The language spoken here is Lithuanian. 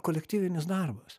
kolektyvinis darbas